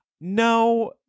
no